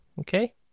okay